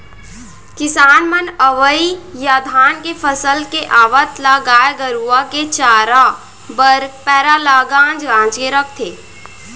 किसान मन अवइ या धान के फसल के आवत ले गाय गरूवा के चारा बस पैरा ल गांज गांज के रखथें